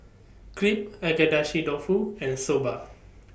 Crepe Agedashi Dofu and Soba